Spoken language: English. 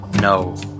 no